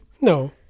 No